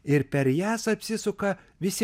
ir per jas apsisuka visi